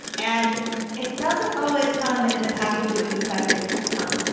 and it doesn't always come in the package you expect it to come.